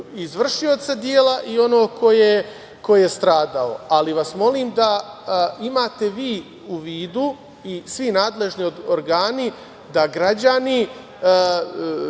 izvršioca dela i onoga ko je stradao, ali vas molim da imate vi u vidu i svi nadležni organi da građani